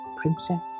Princess